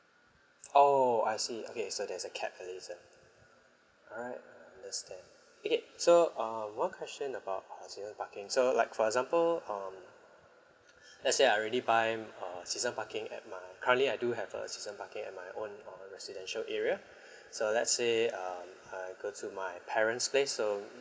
oh I see okay so there's a cap for this ah all right understand okay so uh one question about err season parking so like for example um let's say I already buy err season parking at my currently I do have a season parking at my own err residential area so let's say um I go to my parents place so